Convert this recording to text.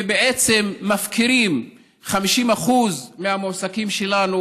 ובעצם מפקירים 50% מהמועסקים שלנו,